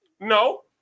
No